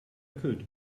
could